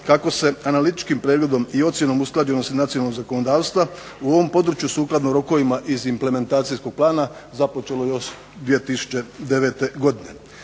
kako se analitičkim pregledom i ocjenom usklađenosti nacionalnog zakonodavstva u ovom području sukladno rokovima iz implementacijskog plana započelo još 2009. godine.